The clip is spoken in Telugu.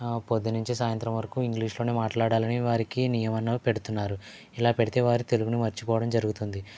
ఆ పొద్దున నుంచి సాయంత్రం వరకు ఇంగ్లీష్లోనే మాట్లాడాలని వారికి నియమాలు పెడుతున్నారు ఇలా పెడితే తెలుగును మర్చిపోవడం జరుగుతుంది